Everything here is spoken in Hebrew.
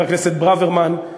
חבר הכנסת ברוורמן.